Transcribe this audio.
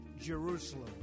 jerusalem